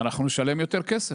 נשלם יותר כסף.